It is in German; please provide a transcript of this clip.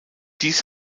dies